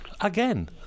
Again